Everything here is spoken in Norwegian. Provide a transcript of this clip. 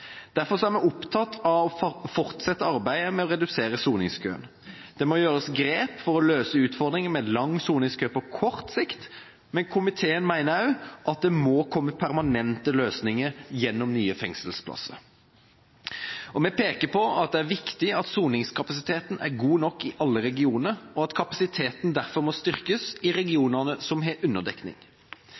Derfor er vi opptatt av å fortsette arbeidet med å redusere soningskøen. Det må gjøres grep for å løse utfordringene med lang soningskø på kort sikt, men komiteen mener også at det må komme permanente løsninger gjennom nye fengselsplasser. Vi peker på at det er viktig at soningskapasiteten er god nok i alle regioner, og at kapasiteten derfor må styrkes i regionene som har en underdekning.